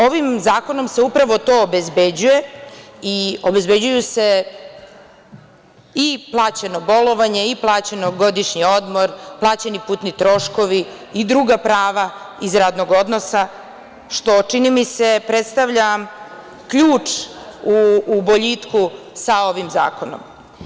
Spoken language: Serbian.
Ovim zakonom se upravo to obezbeđuje i obezbeđuju se i plaćeno bolovanje i plaćen godišnji odmor, plaćeni putni troškovi i druga prava iz radnog odnosa, što, čini mi se, predstavlja ključ u boljitku sa ovim zakonom.